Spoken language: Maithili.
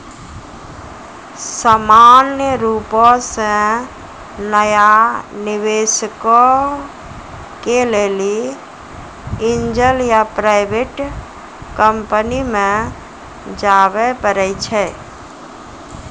सामान्य रुपो से नया निबेशको के लेली एंजल या प्राइवेट कंपनी मे जाबे परै छै